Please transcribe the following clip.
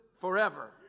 forever